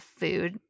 food